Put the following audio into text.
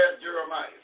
Jeremiah